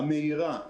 המהירה,